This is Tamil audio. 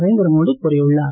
நரேந்திர மோடி கூறியுள்ளார்